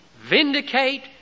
vindicate